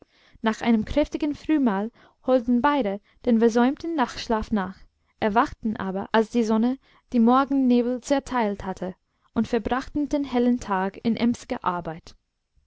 nach einem kräftigen frühmahl holten beide den versäumten nachtschlaf nach erwachten aber als die sonne die morgennebel zerteilt hatte und verbrachten den hellen tag in